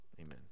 Amen